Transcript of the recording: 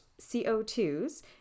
CO2s